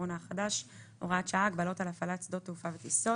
הקורונה החדש (הוראת שעה) (הגבלות על הפעלת שדות תעופה וטיסות),